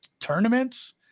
tournaments